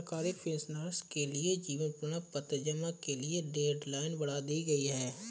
सरकारी पेंशनर्स के लिए जीवन प्रमाण पत्र जमा करने की डेडलाइन बढ़ा दी गई है